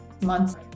months